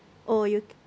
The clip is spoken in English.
oh you